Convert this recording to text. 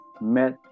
met